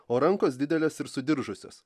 o rankos didelės ir sudiržusios